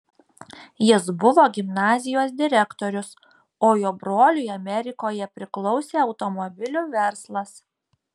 jis buvo gimnazijos direktorius o jo broliui amerikoje priklausė automobilių verslas